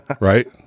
Right